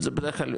זה בדרך כלל,